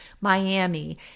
Miami